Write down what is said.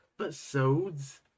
episodes